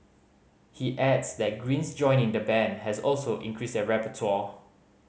he adds that Green's joining the band has also increased their repertoire